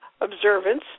observance